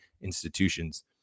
institutions